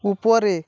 উপরে